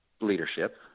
leadership